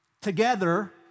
Together